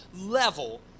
level